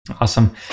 Awesome